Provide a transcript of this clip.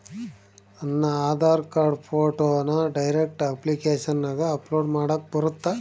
ನನ್ನ ಆಧಾರ್ ಕಾರ್ಡ್ ಫೋಟೋನ ಡೈರೆಕ್ಟ್ ಅಪ್ಲಿಕೇಶನಗ ಅಪ್ಲೋಡ್ ಮಾಡಾಕ ಬರುತ್ತಾ?